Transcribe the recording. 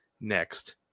next